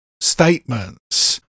statements